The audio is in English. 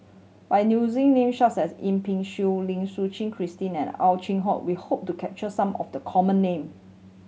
by using names such as Yip Pin Xiu Lim Suchen Christine and Ow Chin Hock we hope to capture some of the common name